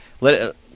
let